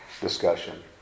discussion